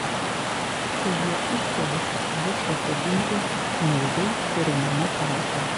kai jie ūgtelės bus pasodinti naujai kuriamame parke